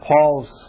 Paul's